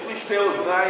יש לי שתי אוזניים,